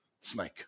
Snake